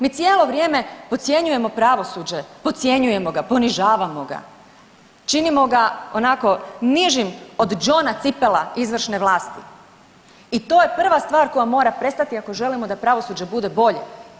Mi cijelo vrijeme podcjenjujemo pravosuđe, podcjenjujemo ga, ponižavamo ga, činimo ga, onako, nižim od džona cipela izvršne vlasti i to je prva stvar koja mora prestati ako želimo da pravosuđe bude bolje.